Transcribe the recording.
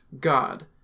God